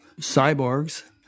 cyborgs